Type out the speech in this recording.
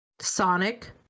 Sonic